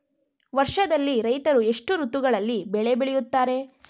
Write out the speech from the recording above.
ವರ್ಷದಲ್ಲಿ ರೈತರು ಎಷ್ಟು ಋತುಗಳಲ್ಲಿ ಬೆಳೆ ಬೆಳೆಯುತ್ತಾರೆ?